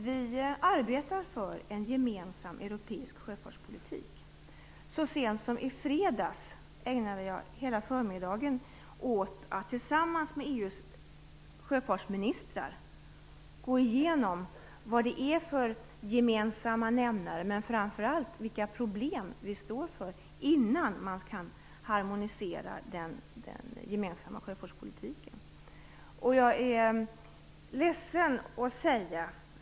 Vi arbetar för en gemensam europeisk sjöfartspolitik. Då sent som i fredags ägnade jag hela förmiddagen åt att tillsammans med EU:s sjöfartsministrar gå igenom vad det finns för gemensamma nämnare, men framför allt vilka problem vi står inför, innan den gemensamma sjöfartspolitiken kan harmoniseras.